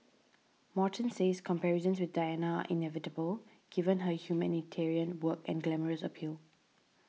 Morton says comparisons with Diana inevitable given her humanitarian work and glamorous appeal